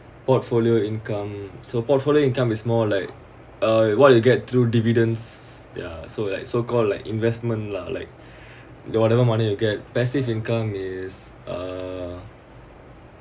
portfolio income so portfolio income is more like uh what do you get through dividends yeah so like so called like investment lah like the whatever money you get passive income is uh